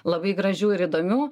labai gražių ir įdomių